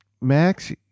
Max